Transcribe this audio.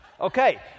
Okay